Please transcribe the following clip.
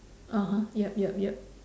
(uh huh) yup yup yup